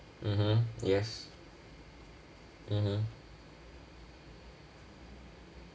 mmhmm yes mmhmm